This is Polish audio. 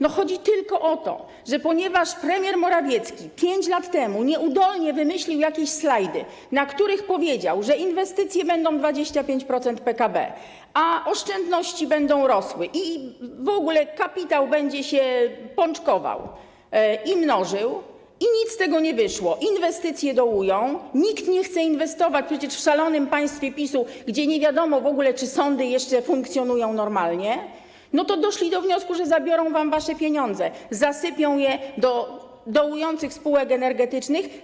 No, chodzi tylko o to, że ponieważ premier Morawiecki 5 lat temu nieudolnie wymyślił jakieś slajdy, na których powiedział, że inwestycje to będzie 25% PKB, a oszczędności będą rosły i w ogóle kapitał będzie pączkował i mnożył się, i nic z tego nie wyszło, inwestycje dołują, nikt nie chce inwestować przecież w szalonym państwie PiS-u, gdzie nie wiadomo w ogóle, czy sądy jeszcze funkcjonują normalnie, to doszli do wniosku, że zabiorą wam wasze pieniądze, zasypią je do dołujących spółek energetycznych.